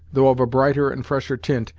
though of a brighter and fresher tint,